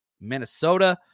Minnesota